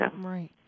Right